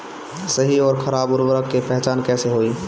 सही अउर खराब उर्बरक के पहचान कैसे होई?